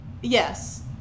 Yes